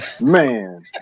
man